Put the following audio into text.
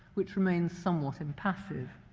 which remains somewhat impassive.